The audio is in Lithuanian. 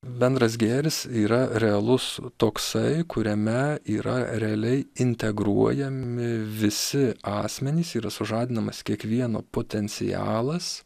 bendras gėris yra realus toksai kuriame yra realiai integruojami visi asmenys yra sužadinamas kiekvieno potencialas